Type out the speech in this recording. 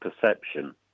perception